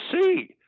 see